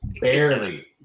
Barely